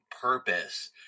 purpose